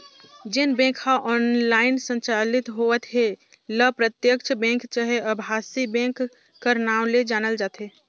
जेन बेंक ह ऑनलाईन संचालित होवत हे ल प्रत्यक्छ बेंक चहे अभासी बेंक कर नांव ले जानल जाथे